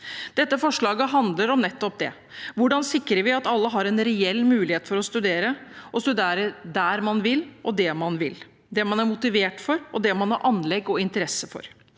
Dette forslaget handler om nettopp det: Hvordan sikrer vi at alle har en reell mulighet til å studere – studere der man vil, det man vil, det man er motivert for, og det man har anlegg og interesse for?